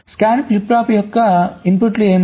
scan flip flop యొక్క ఇన్పుట్లు ఏమిటి